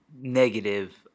negative